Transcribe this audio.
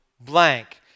blank